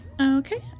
Okay